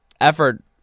effort